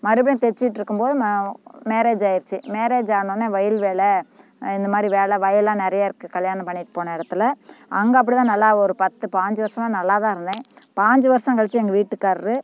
மறுபடியும் தைச்சிட்ருக்கும்போது மேரேஜ் ஆகிருச்சு மேரேஜ் ஆனோடனே வயல் வேலை இந்த மாதிரி வேலை வயலெல்லாம் நிறையா இருக்குது கல்யாணம் பண்ணிட்டு போன இடத்துல அங்கே அப்படி தான் நல்லா ஒரு பத்து பாஞ்சு வருஷமா நல்லா தான் இருந்தேன் பாஞ்சு வருஷம் கழித்து எங்கள் வீட்டுகாரரு